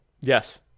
Yes